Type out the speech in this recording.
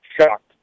shocked